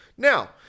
Now